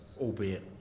Albeit